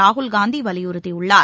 ராகுல் காந்திவலியுறுத்தியுள்ளார்